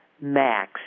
max